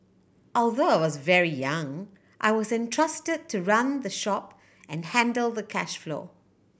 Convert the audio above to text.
although I was very young I was entrusted to run the shop and handle the cash flow